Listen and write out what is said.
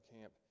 camp